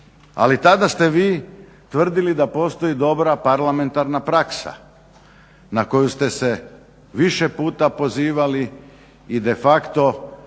Ali tada ste vi tvrdili da postoji dobra parlamentarna praksa na koju ste se više puta pozivali i de facto